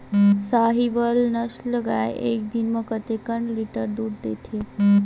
साहीवल नस्ल गाय एक दिन म कतेक लीटर दूध देथे?